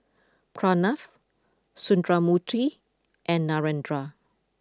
Pranav Sundramoorthy and Narendra